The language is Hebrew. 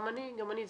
גם אני.